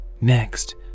Next